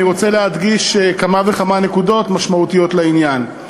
אני רוצה לחזק כמה וכמה נקודות משמעותיות לעניין.